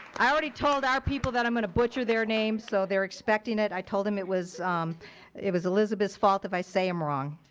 i already told our people that i'm gonna butcher their names so they're expecting it. i told em it was it was elizabeth's fault if i say em wrong.